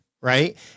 right